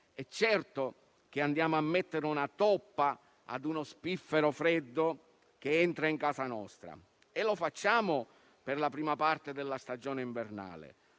è certo che andiamo a mettere una toppa ad uno spiffero freddo che entra in casa nostra e lo facciamo per la prima parte della stagione invernale.